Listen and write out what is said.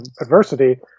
adversity